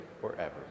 forever